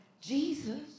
Jesus